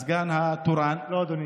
הסגן התורן,